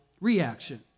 reaction